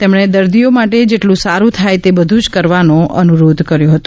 તેમણે દર્દીઓ માટે જેટલું સારું થાય તે બધું જ કરવાનો અનુરોધ કર્યો છે